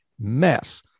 mess